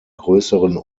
grösseren